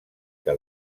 que